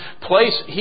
place